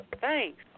Thanks